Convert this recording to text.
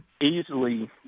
Easily